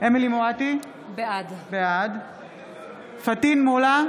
אמילי חיה מואטי, בעד פטין מולא,